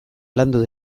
landu